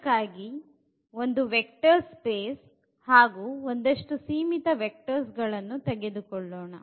ಆದ್ದರಿಂದ ಒಂದು vector space ಹಾಗು ಒಂದಷ್ಟು ಸೀಮಿತ ವೆಕ್ಟರ್ಸ್ ಗಳನ್ನು ತೆಗೆದುಕೊಳ್ಳೋಣ